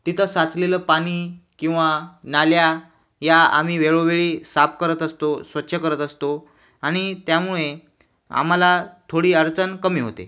तिथं साचलेलं पाणी किंवा नाल्या या आम्ही वेळोवेळी साफ करत असतो स्वच्छ करत असतो आणि त्यामुळे आम्हाला थोडी अडचण कमी होते